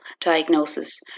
diagnosis